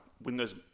Windows